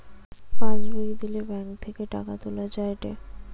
pass বই দিলে bank থেকে টাকা তুলা যায়েটে